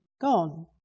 gone